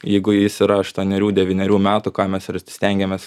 jeigu jis yra aštuonerių devynerių metų ką mes ir stengiamės